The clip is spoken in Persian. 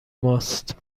ماست